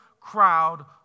crowd